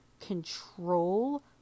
control